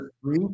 three